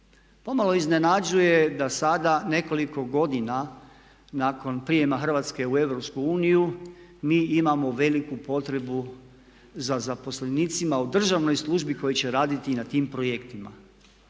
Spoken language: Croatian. Pomalo iznenađuje da sada nekoliko godina nakon prijema Hrvatske u Europsku uniju mi imamo veliku potrebu za zaposlenicima u državnoj službi koji će raditi na tim projektima.